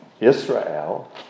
Israel